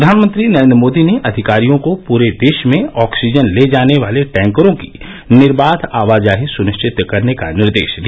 प्रधानमंत्री नरेंद्र मोदी ने अधिकारियों को पूरे देश में ऑक्सीजन ले जाने वाले टैंकरों की निर्बाघ आवाजाही सुनिश्चित करने का निर्देश दिया